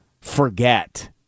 forget